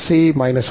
మొదలైనవి